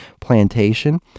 Plantation